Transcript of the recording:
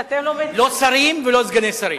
לא שרים ולא סגני שרים.